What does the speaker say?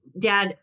dad